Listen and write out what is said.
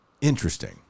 Interesting